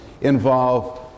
involve